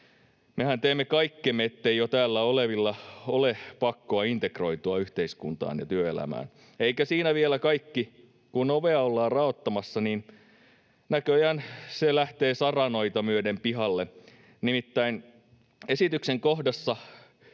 Mehän teemme kaikkemme, ettei jo täällä olevilla ole pakkoa integroitua yhteiskuntaan ja työelämään. Eikä siinä vielä kaikki: Kun ovea ollaan raottamassa, niin näköjään se lähtee saranoita myöden pihalle. Nimittäin esityksen kohdassa